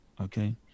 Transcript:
okay